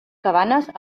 cabanes